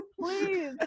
please